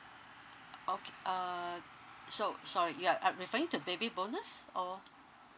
okay uh so sorry you're uh referring to baby bonus or